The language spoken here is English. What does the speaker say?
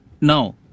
now